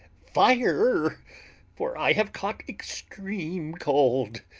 fire for i have caught extreme cold.